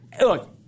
Look